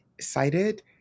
cited